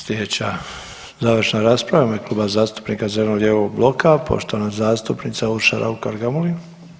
Sljedeća završna rasprava u ime Kluba zastupnika zeleno-lijevog bloka poštovana zastupnica Urša Raukar-Gamulin.